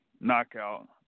knockout